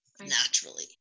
naturally